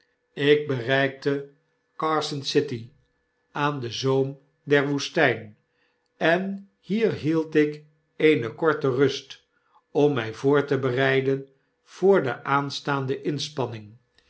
c i t y aan den zoom der woestyn en hier hield ik eene korte rust om my voor te bereiden voor de aanstaande inspanning